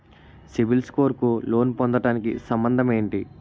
CIBIL score కు loan పొందటానికి సంబంధం ఏంటి?